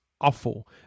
awful